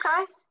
Okay